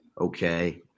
okay